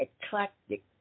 eclectic